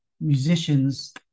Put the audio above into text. musicians